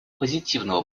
позитивного